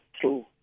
true